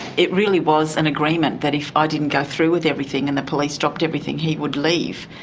it really was an agreement that if i didn't go through with everything and the police dropped everything, he would leave.